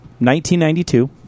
1992